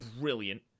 brilliant